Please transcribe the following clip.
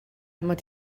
mod